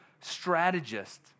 strategist